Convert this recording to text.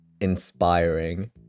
inspiring